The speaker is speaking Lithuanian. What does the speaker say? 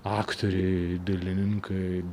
aktoriai dailininkai